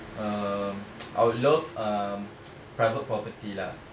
um I would love um private property lah